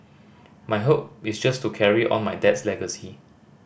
my hope is just to carry on my dad's legacy